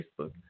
Facebook